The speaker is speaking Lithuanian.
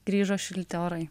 grįžo šilti orai